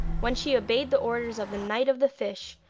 when she obeyed the orders of the knight of the fish,